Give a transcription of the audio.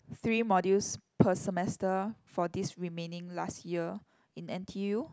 three modules per semester for this remaining last year in N_t_U